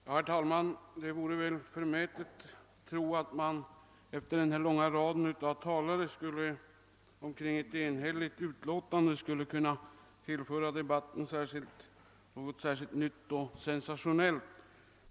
Herr talman! Det vore förmätet att tro att man efter denna långa rad av talare omkring ett enhälligt utlåtande skulle kunna tillföra debatten något nytt och sensationellt.